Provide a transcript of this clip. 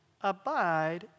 abide